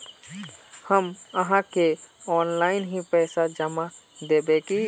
हम आहाँ के ऑनलाइन ही पैसा जमा देब की?